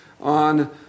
on